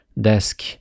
desk